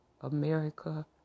America